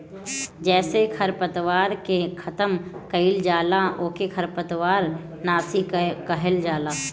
जेसे खरपतवार के खतम कइल जाला ओके खरपतवार नाशी कहल जाला